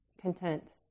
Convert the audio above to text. content